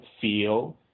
feel